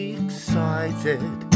excited